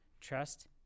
trust